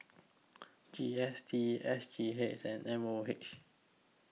G S T S G H and M O H